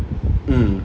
mm